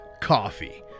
coffee